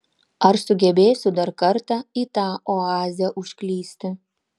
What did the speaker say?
ar sugebėsiu dar kartą į tą oazę užklysti